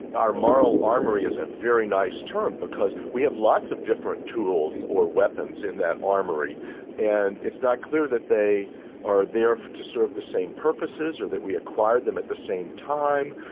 our moral armoury is a very nice term because we have lots of different tools or weapons in that armoury and it's not clear that they are there to serve the same purposes or that we acquire them at the same time.